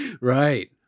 right